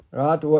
right